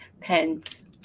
Pens